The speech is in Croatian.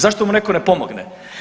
Zašto mu netko ne pomogne?